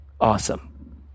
Awesome